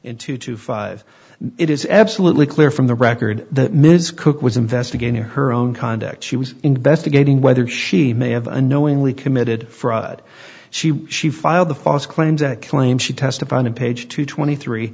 and two two five it is absolutely clear from the record that ms cook was investigating her own conduct she was investigating whether she may have unknowingly committed fraud she she filed the false claims claim she testified on page two twenty three